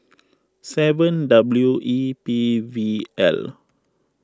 seven W E P V L